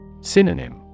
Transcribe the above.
Synonym